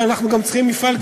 אבל אנחנו גם צריכים מפעל כזה.